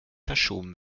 verschoben